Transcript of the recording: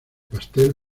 pastel